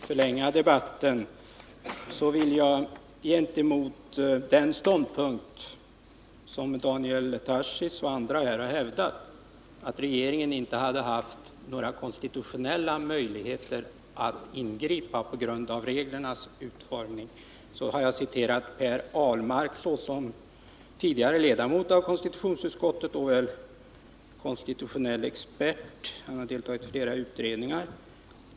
Herr talman! För att inte förlänga debatten har jag, mot den ståndpunkt som Daniel Tarschys och andra har hävdat — att regeringen inte hade några konstitutionella möjligheter att ingripa på grund av reglernas utformning — citerat Per Ahlmark såsom tidigare ledamot av konstitutionsutskottet och konstitutionell expert; han har deltagit i flera utredningar.